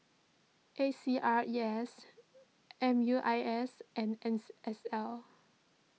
A C R E S M U I S and N S L